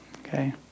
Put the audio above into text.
okay